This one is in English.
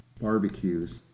barbecues